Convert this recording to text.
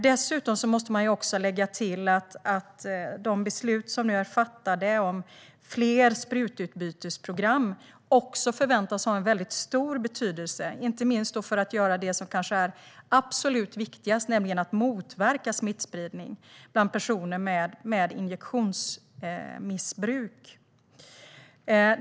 Dessutom måste man också lägga till att de beslut som nu är fattade om fler sprututbytesprogram också förväntas ha en stor betydelse, inte minst för att göra det som kanske är absolut viktigast, nämligen att motverka smittspridning bland personer med injektionsmissbruk.